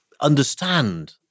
understand